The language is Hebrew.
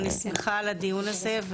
אבל אני שמחה על הדיון הזה,